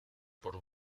por